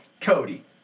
Cody